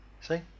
See